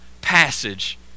passage